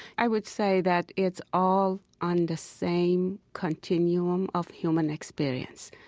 i would say that it's all on the same continuum of human experience.